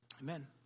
Amen